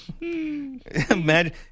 imagine